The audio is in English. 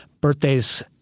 birthdays